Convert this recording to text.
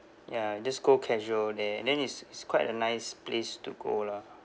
ya just go casual there and then is is quite a nice place to go lah